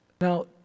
Now